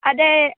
ಅದೇ